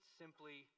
simply